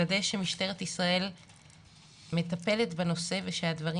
לוודא שמשטרת ישראל מטפלת בנושא וכי הדברים